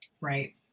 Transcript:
Right